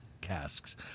casks